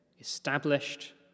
established